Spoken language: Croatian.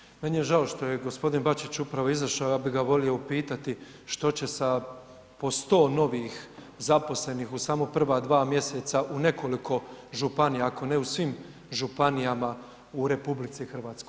Molim vas, meni je žao što je gospodin Bačić upravo izašao ja bi ga volio upitati što će sa po 100 novih zaposlenih u samo prva dva mjeseca u nekoliko županija, ako ne u svim županijama u RH.